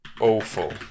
awful